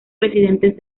presidentes